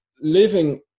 living